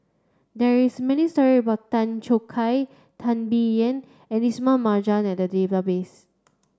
there is many story about Tan Choo Kai Teo Bee Yen and Ismail Marjan in the database